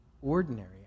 ordinary